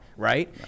Right